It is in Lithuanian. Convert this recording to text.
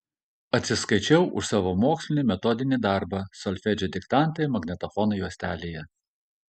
atsiskaičiau už savo mokslinį metodinį darbą solfedžio diktantai magnetofono juostelėje